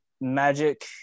magic